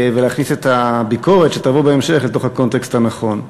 ולהכניס את הביקורת שתבוא בהמשך לתוך הקונטקסט הנכון.